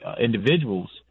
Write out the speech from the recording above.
individuals